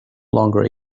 longer